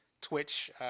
Twitch